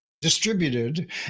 distributed